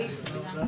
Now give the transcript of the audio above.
10:58.